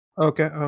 okay